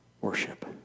worship